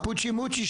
הפוצ'י מוצ'י,